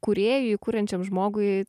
kūrėjui kuriančiam žmogui